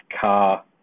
car